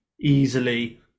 easily